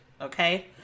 Okay